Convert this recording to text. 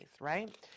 right